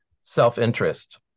self-interest